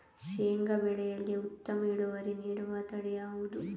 ಶೇಂಗಾ ಬೆಳೆಯಲ್ಲಿ ಉತ್ತಮ ಇಳುವರಿ ನೀಡುವ ತಳಿ ಯಾವುದು?